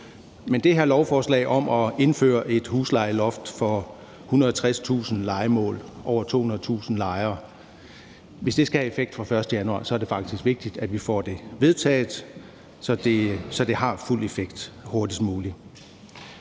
hvis det her lovforslag om at indføre et huslejeloft for 160.000 lejemål, over 200.000 lejere, skal have effekt fra den 1. januar, er det faktisk vigtigt, at vi får det vedtaget, så det har fuld effekt hurtigst muligt.